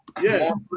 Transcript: Yes